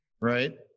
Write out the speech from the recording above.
right